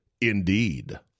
Indeed